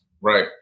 right